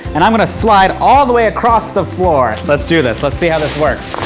and, i'm gonna slide all the way across the floor. let's do this, let's see how this works.